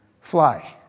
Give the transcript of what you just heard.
Fly